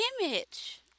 image